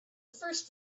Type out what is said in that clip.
first